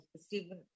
Stephen